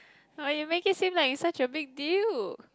no you make it seem like it's such a big deal